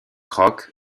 rock